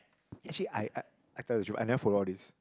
actually I I I tell you I never follow all these